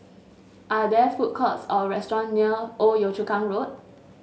are there food courts or restaurant near Old Yio Chu Kang Road